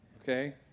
Okay